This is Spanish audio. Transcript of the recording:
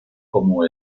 como